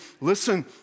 Listen